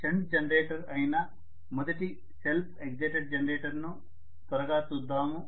shunt generator అయిన మొదటి self excited జనరేటర్ను త్వరగా చూద్దాం